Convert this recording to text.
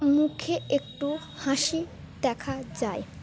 মুখে একটু হাসি দেখা যায়